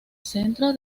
centro